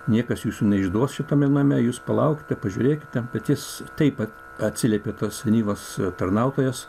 niekas jūsų neišduos šitame name jūs palaukite pažiūrėkite bet jis taip atsiliepė tas senyvas tarnautojas